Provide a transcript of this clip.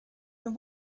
been